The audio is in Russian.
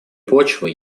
почвы